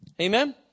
Amen